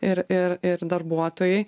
ir ir ir darbuotojai